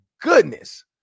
goodness